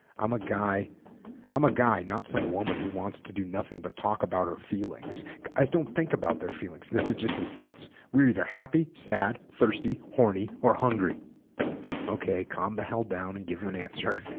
i'm a guy i'm a guy not some woman who wants to do nothing but talk about her feelings guys don't think about their feelings this is just his thoughts we're either happy sad thirsty horny or hungry okay calm the hell down and give him an answer